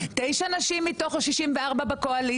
תשע נשים מתוך 64 בקואליציה,